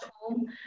home